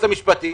וליועץ המשפטי,